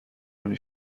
نمی